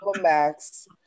Max